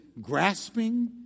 grasping